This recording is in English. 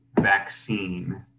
vaccine